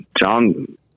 John